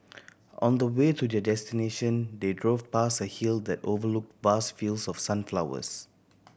on the way to their destination they drove past a hill that overlooked vast fields of sunflowers